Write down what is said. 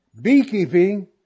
beekeeping